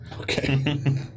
Okay